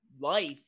life